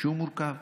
שהוא מורכב.